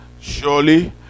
Surely